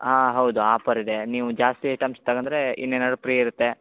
ಹಾಂ ಹೌದು ಆಫರ್ ಇದೆ ನೀವು ಜಾಸ್ತಿ ಐಟಮ್ಸ್ ತಗಂಡ್ರೆ ಇನ್ನೇನಾರೂ ಪ್ರೀ ಇರುತ್ತೆ